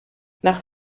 nach